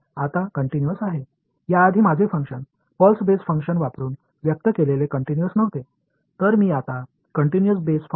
முன்னதாக நான் பல்ஸ் அடிப்படையிலான செயல்பாட்டைப் பயன்படுத்தி வெளிப்படுத்திக் கொண்டிருந்த எனது செயல்பாடு நிறுத்தப்பட்டது